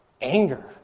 anger